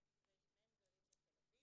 ושניהם גרים בתל אביב,